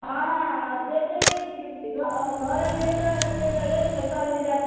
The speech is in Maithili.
हँ दे जैयै घरे दे जैयै पैसा मिल जायत